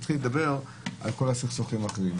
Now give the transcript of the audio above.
להתחיל לדבר על כל הסכסוכים האחרים.